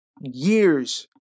Years